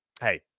hey